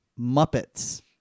Muppets